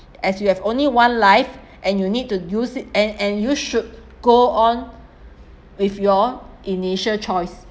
as you have only one life and you need to use it and and you should go on with your initial choice